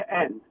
end